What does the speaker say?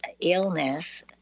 illness